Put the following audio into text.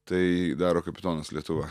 tai daro kapitonas lietuva